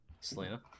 Selena